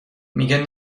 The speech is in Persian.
میگه